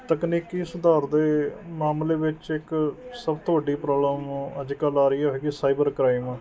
ਤਕਨੀਕੀ ਸੁਧਾਰ ਦੇ ਮਾਮਲੇ ਵਿੱਚ ਇੱਕ ਸਭ ਤੋਂ ਵੱਡੀ ਪ੍ਰੋਬਲਮ ਅੱਜ ਕੱਲ੍ਹ ਆ ਰਹੀ ਹੈਗੀ ਸਾਈਬਰ ਕ੍ਰਾਈਮ